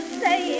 say